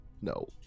No